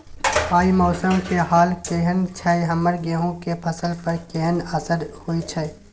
आय मौसम के हाल केहन छै हमर गेहूं के फसल पर केहन असर होय छै?